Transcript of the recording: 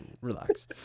Relax